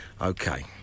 Okay